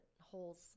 holes